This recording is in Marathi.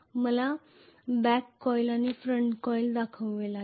मला बॅक कॉईल आणि फ्रंट कॉईल दाखवावा लागेल